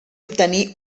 obtenir